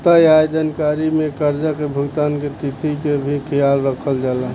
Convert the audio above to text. तय आय जानकारी में कर्जा के भुगतान के तिथि के भी ख्याल रखल जाला